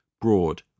broad